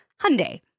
Hyundai